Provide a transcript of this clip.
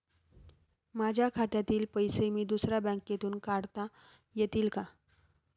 माझ्या खात्यातील पैसे मी दुसऱ्या बँकेतून काढता येतील का?